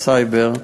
הסייבר,